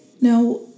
Now